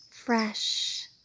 Fresh